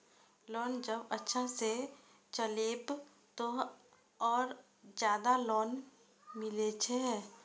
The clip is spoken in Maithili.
लोन जब अच्छा से चलेबे तो और ज्यादा लोन मिले छै?